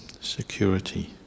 security